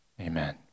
Amen